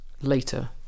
later